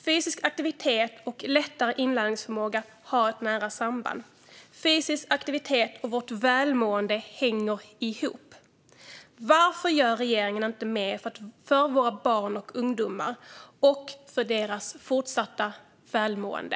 Fysisk aktivitet och bättre inlärningsförmåga har ett nära samband. Fysisk aktivitet och vårt välmående hänger ihop. Varför gör regeringen inte mer för våra barn och ungdomar och för deras fortsatta välmående?